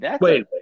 Wait